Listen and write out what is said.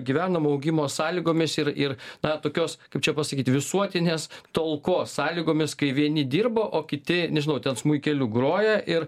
gyvenam augimo sąlygomis ir ir na tokios kaip čia pasakyt visuotinės talkos sąlygomis kai vieni dirba o kiti nežinau ten smuikeliu groja ir